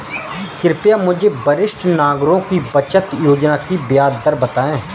कृपया मुझे वरिष्ठ नागरिकों की बचत योजना की ब्याज दर बताएं